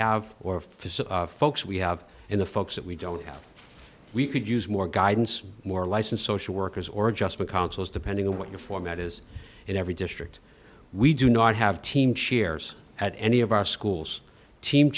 some folks we have in the folks that we don't have we could use more guidance more licensed social workers or adjustment consuls depending on what your format is in every district we do not have team chairs at any of our schools team